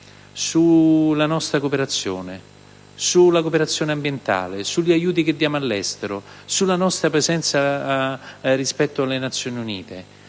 sulla nostra cooperazione, sulla cooperazione ambientale, sugli aiuti che diamo all'estero, sulla nostra presenza rispetto alle Nazioni Unite,